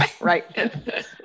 Right